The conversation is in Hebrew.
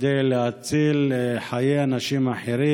כדי להציל חיי אנשים אחרים.